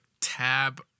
tab